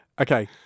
Okay